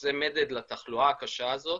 שזה מדד לתחלואה הקשה הזאת,